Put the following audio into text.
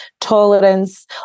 tolerance